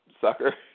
sucker